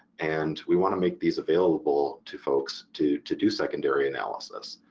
and we want to make these available to folks to to do secondary analysis.